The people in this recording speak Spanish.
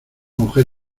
mujer